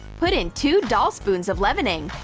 put in two doll spoons of leavening,